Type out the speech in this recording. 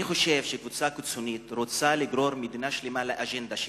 אני חושב שקבוצה קיצונית רוצה לגרור מדינה שלמה לאג'נדה שלה.